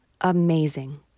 amazing